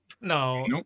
No